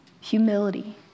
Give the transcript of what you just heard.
humility